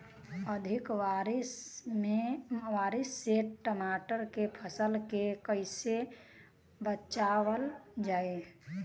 अधिक बारिश से टमाटर के फसल के कइसे बचावल जाई?